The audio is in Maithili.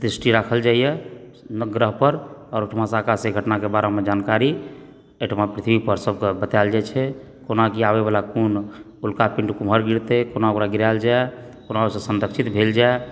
दृष्टि राखल जाइए नवग्रह पर आओर ओहिठमासंँ आकाशीय घटनाके बारेमे जानकारी एहिठमा पृथ्वी पर सबकेंँ बताएल जाइत छै कोना की आबयवला कोन उल्कापिण्ड केम्हर गिरतै कोना ओकरा गिराएल जाए कोना ओहिसँ संरक्षित भेल जाए